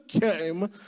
came